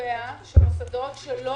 שקובע שמוסדות שלא